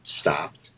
stopped